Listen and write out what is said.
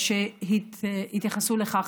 שהתייחסו לכך.